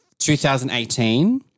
2018